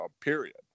period